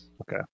Okay